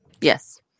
Yes